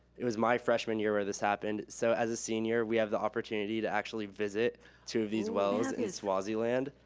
it was my freshman year where this happened, so as a senior we have the opportunity to actually visit to these wells in swaziland.